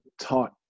taught